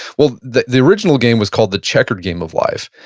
well, the the original game was called the checkered game of life.